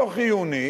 לא חיוני.